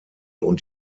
und